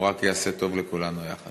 רק יעשה טוב לכולנו יחד.